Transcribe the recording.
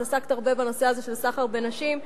את עסקת הרבה בנושא הזה של סחר בנשים.